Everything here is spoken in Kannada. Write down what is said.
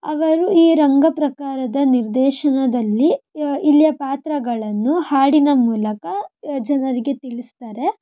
ಅವರು ಈ ರಂಗ ಪ್ರಕಾರದ ನಿರ್ದೇಶನದಲ್ಲಿ ಇಲ್ಲಿಯ ಪಾತ್ರಗಳನ್ನು ಹಾಡಿನ ಮೂಲಕ ಜನರಿಗೆ ತಿಳಿಸ್ತಾರೆ